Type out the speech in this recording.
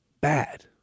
bad